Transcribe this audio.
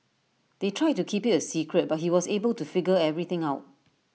they tried to keep IT A secret but he was able to figure everything out